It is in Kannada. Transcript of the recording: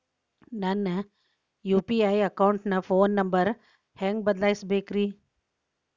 ನನ್ನ ಯು.ಪಿ.ಐ ಅಕೌಂಟಿನ ಫೋನ್ ನಂಬರ್ ಹೆಂಗ್ ಬದಲಾಯಿಸ ಬೇಕ್ರಿ?